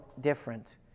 different